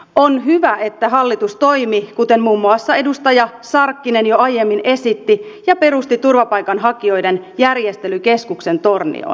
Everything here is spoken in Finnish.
on hyvä että hallitus toimi kuten muun muassa edustaja sarkkinen jo aiemmin esitti ja perusti turvapaikanhakijoiden järjestelykeskuksen tornioon